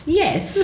yes